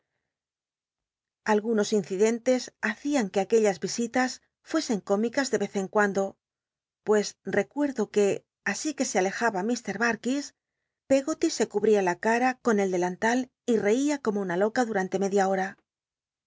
algunos incidentes haeian que aquellas risitas fuesen cómicas de cz en cuando pues rccuerdo que asi que se alejaba h darkis pcggo ty se cubría la cara con el delantal y reía como tma loca durante media boa